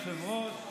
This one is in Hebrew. אדוני היושב-ראש,